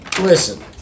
listen